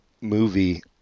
movie